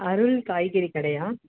அருள் காய்கறி கடையா